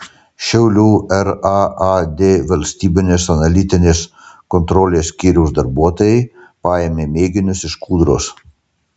šiaulių raad valstybinės analitinės kontrolės skyriaus darbuotojai paėmė mėginius iš kūdros